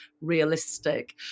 realistic